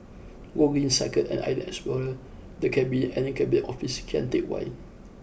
Gogreen Cycle and Island Explorer The Cabinet and Cabinet Office Kian Teck Way